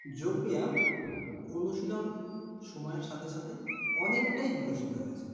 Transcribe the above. যোগব্যায়াম অনুশীলন সময়ের সাথে সাথে অনেকটাই বিকশিত হয়েছে